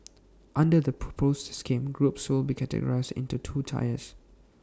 under the proposed scheme groups will be categorised into two tiers